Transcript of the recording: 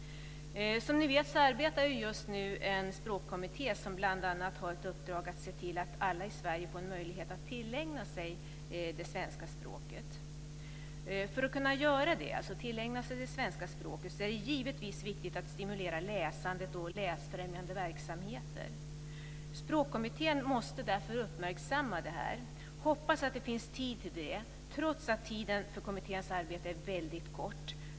Som ni vet arbetar just nu en språkkommitté som bl.a. har ett uppdrag att se till att alla i Sverige får en möjlighet att tillägna sig det svenska språket. För att kunna göra det, dvs. tillägna sig det svenska språket, är det givetvis viktigt att stimulera läsandet och läsfrämjande verksamheter. Språkkommittén måste därför uppmärksamma detta. Jag hoppas att det finns tid till det trots att tiden för kommitténs arbete är kort.